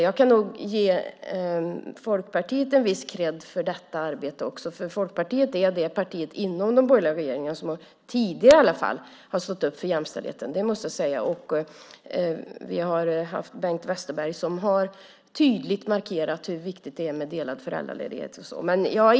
Jag kan ge Folkpartiet viss kredd för detta arbete, för Folkpartiet är det parti inom den borgerliga regeringen som i alla fall tidigare har stått upp för jämställdheten. Bengt Westerberg markerade tydligt hur viktigt det var med delad föräldraledighet och så vidare.